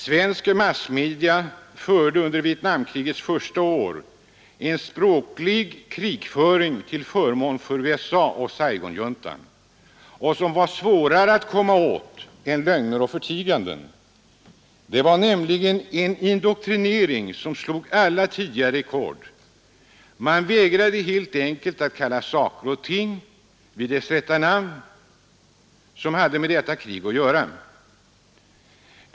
Svenska massmedia bedrev under Vietnamkrigets första år en språklig krigföring till förmån för USA och Saigonjuntan som var svårare att komma åt än lögner och förtiganden. Det var en indoktrinering som slog alla tidigare rekord. Man vägrade helt enkelt att kalla saker och ting, som hade med detta krig att göra, vid sitt rätta namn.